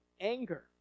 anger